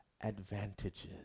advantages